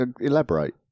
Elaborate